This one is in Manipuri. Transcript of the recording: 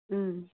ꯎꯝ